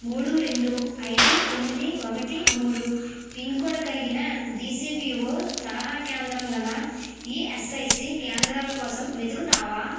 మూడు రెండు ఐదు తొమ్మిది ఒకటి మూడు పిన్ కోడ్ కలిగిన డిసిబిఓ తరహా కేంద్రం గల ఈఎస్ఐసి కేంద్రాల కోసం వెతుకుతావా